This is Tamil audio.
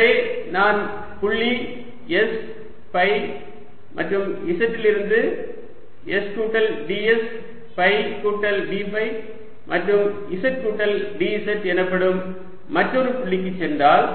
எனவே நான் புள்ளி s ஃபை மற்றும் z இலிருந்து s கூட்டல் ds ஃபை கூட்டல் d ஃபை மற்றும் z கூட்டல் dz எனப்படும் மற்றொரு புள்ளிக்கு சென்றால்